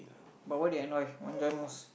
but what you enjoy enjoy most